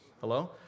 Hello